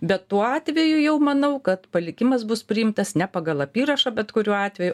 bet tuo atveju jau manau kad palikimas bus priimtas ne pagal apyrašą bet kuriuo atveju